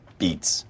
beats